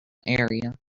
area